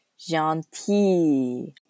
gentil